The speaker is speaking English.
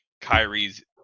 Kyrie's